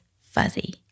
fuzzy